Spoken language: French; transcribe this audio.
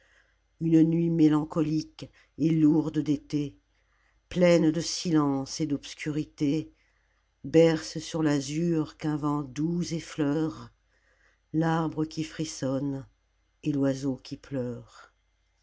une nuit mélancolique et lourde d'été pleine de silence et d'obscurité berce sur l'azur qu'un vent doux effleure l'arbre qui frissonne et l'oiseau qui pleure